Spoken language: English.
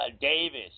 Davis